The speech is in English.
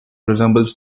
resembles